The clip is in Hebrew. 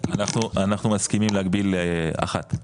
אנחנו מסכימים להגביל אחת.